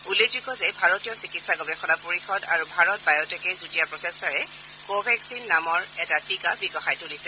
উল্লেখযোগ্য যে ভাৰতীয় চিকিৎসা গৱেষণা পৰিষদ আৰু ভাৰত বায়টেকে যুটীয়া প্ৰচেষ্টাৰে কোভেকচিন নামৰ এটা টীকা বিকশাই তুলিছে